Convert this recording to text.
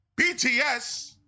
BTS